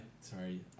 Sorry